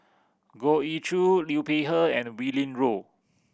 Goh Ee Choo Liu Peihe and Willin Low